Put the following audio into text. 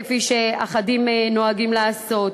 כפי שאחדים נוהגים לעשות.